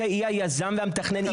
היא היזמית והמתכננת,